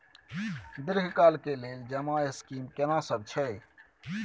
दीर्घ काल के लेल जमा स्कीम केना सब छै?